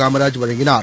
காமராஜ் வழங்கினார்